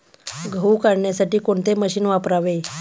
गहू काढण्यासाठी कोणते मशीन वापरावे?